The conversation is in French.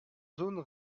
zone